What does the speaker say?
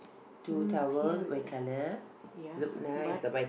mm here we got ah ya but